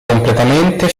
completamente